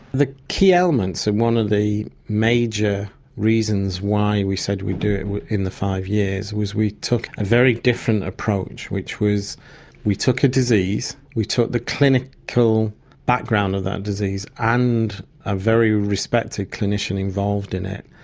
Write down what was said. the key elements and one of the major reasons why we said we'd do it in the five years was we took a very different approach which was we took a disease, we took the clinical background of that disease and a very respected clinician involved in it,